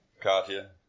Katya